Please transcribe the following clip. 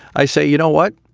i say, you know what,